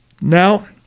Now